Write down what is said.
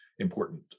important